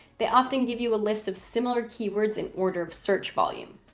they often give you a list of similar keywords in order of search volume,